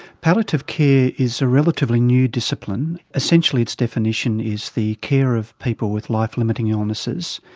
palliative care is a relatively new discipline, essentially it's definition is the care of people with life limiting illnesses.